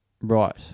Right